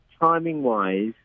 timing-wise